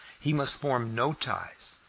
he must form no ties,